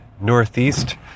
Northeast